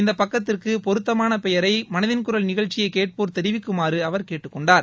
இந்த பக்கத்திற்கு பொருத்தமான பெயரை மனதின் குரல் நிகழ்ச்சியை கேட்போர் தெரிவிக்குமாறு அவர் கேட்டுக்கொண்டார்